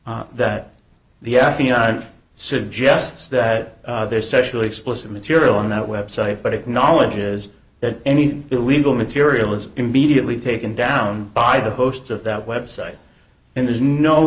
out that the affiant suggests that they're sexually explicit material on that website but acknowledges that any illegal material is immediately taken down by the host of that website and there's no